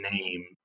name